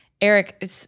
Eric